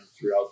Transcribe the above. throughout